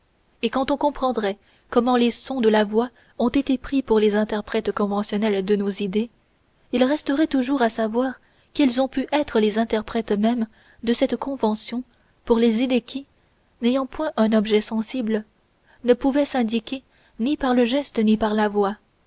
et quand on comprendrait comment les sons de la voix ont été pris pour les interprètes conventionnels de nos idées il resterait toujours à savoir quels ont pu être les interprètes mêmes de cette convention pour les idées qui n'ayant point un objet sensible ne pouvaient s'indiquer ni par le geste ni par la voix